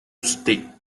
state